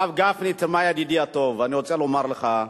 הרב גפני, תשמע, ידידי הטוב, אני רוצה לומר לך.